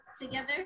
together